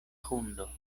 hundo